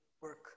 work